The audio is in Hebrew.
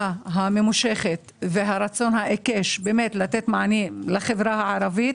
הממושכת והרצון העיקש לתת מענה לחברה הערבית.